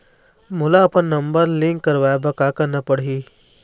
मोला अपन number link करवाये बर का करना पड़ही?